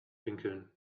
pinkeln